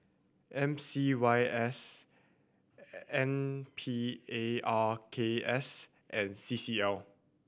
M C Y S N Parks and C C L